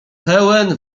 pełen